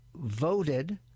voted